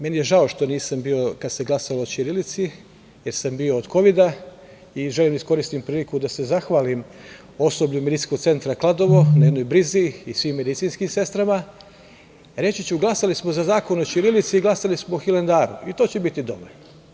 Meni je žao što nisam bio kada se glasalo o ćirilici, jer sam bio od kovida, i želim da iskoristim priliku da se zahvalim osoblju medicinskog centra Kladovo na jednoj brizi i svim medicinskim sestrama, reći ću da smo glasali za Zakon o ćirilici i glasali smo o Hilandaru i t o će biti dovoljno.